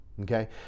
Okay